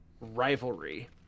rivalry